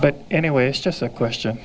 but anyway it's just a question